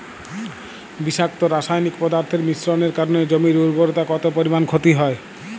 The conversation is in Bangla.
বিষাক্ত রাসায়নিক পদার্থের মিশ্রণের কারণে জমির উর্বরতা কত পরিমাণ ক্ষতি হয়?